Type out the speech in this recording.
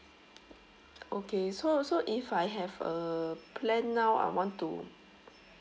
okay so so if I have a plan now I want to